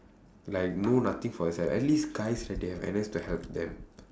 like no nothing for herself at least guys right they have N_S to help them